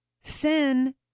sin